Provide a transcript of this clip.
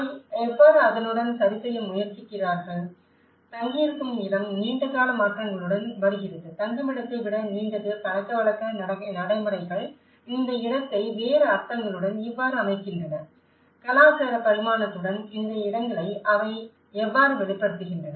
அவை எவ்வாறு அதனுடன் சரிசெய்ய முயற்சி செய்கிறார்கள் தங்கியிருக்கும் இடம் நீண்ட கால மாற்றங்களுடன் வருகிறது தங்குமிடத்தை விட நீண்டது பழக்கவழக்க நடைமுறைகள் இந்த இடத்தை வேறு அர்த்தங்களுடன் இவ்வாறு அமைக்கின்றன கலாச்சார பரிமாணத்துடன் இந்த இடங்களை அவை எவ்வாறு வெளிப்படுத்துகின்றன